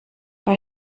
bei